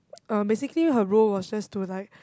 um basically her role was just to like